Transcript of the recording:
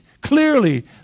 clearly